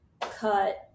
cut